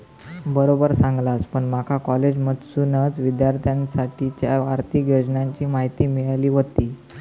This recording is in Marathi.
बरोबर सांगलस, पण माका कॉलेजमधसूनच विद्यार्थिनींसाठीच्या आर्थिक योजनांची माहिती मिळाली व्हती